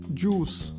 juice